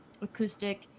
Acoustic